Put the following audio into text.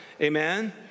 amen